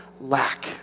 lack